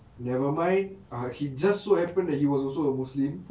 nevermind ah he just so happened that he was also a muslim